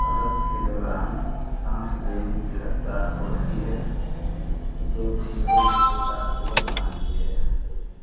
رقص کے دوران سانس لینے کی رفتار بڑھتی ہے جو پھیپھڑوں کو طاقتور بناتی ہے